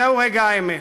זהו רגע האמת.